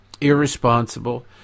irresponsible